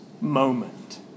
moment